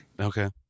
Okay